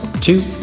two